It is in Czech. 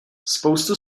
spoustu